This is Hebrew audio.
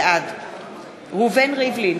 בעד ראובן ריבלין,